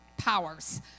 powers